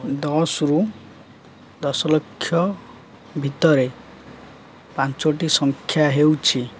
ଦଶ ରୁ ଦଶ ଲକ୍ଷ ଭିତରେ ପାଞ୍ଚଟି ସଂଖ୍ୟା ହେଉଛି